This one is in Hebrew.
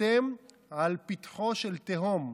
אתם על פתחו של תהום,